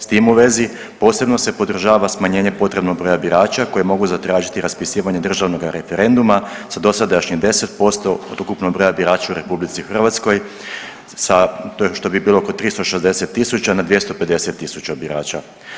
S tim u vezi, posebno se podržava smanjenje potrebnog broja birača koji mogu zatražiti raspisivanje državnog referenduma sa dosadašnjih 10% od ukupnog broja birača u RH, sa, što bi bilo oko 360 tisuća na 250 tisuća birača.